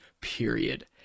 period